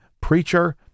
preacher